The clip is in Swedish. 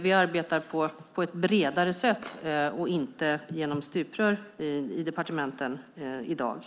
Vi arbetar på ett bredare sätt i departementen i dag och inte genom stuprör.